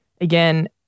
Again